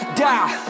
die